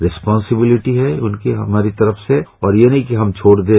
responsibility हैं उनकी हमारी तरफ से और यह नहीं की हम छोड़ दें